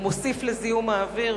הוא מוסיף לזיהום האוויר,